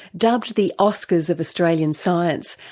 dubbed the oscars of australian science,